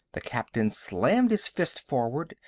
the captain slammed his fist forward,